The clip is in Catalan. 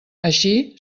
així